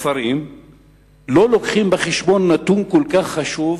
בכפרים לא לוקחים בחשבון נתון כל כך חשוב,